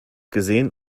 gesehen